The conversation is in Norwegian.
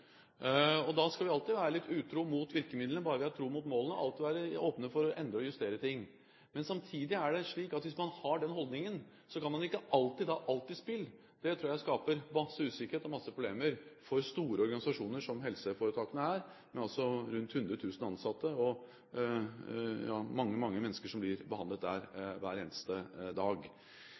Da skal vi alltid være litt utro mot virkemidlene, bare vi er tro mot målene – alltid være åpne for å endre og justere ting. Samtidig er det slik at hvis man har den holdningen, kan man ikke alltid ha alt i spill. Det tror jeg skaper masse usikkerhet og masse problemer for store organisasjoner som helseforetakene er, med rundt 100 000 ansatte og med mange, mange mennesker som blir behandlet hver eneste dag.